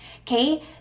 okay